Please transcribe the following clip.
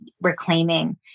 reclaiming